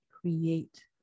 Create